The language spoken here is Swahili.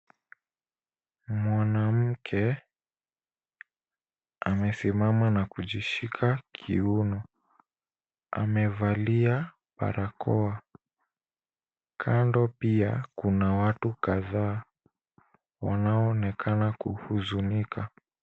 Mwanamke amesimama na kujishika kiuno. Amevalia barakoa. Kando pia kuna watu kadhaa, wanaoonekana kuhuzunika.